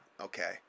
Okay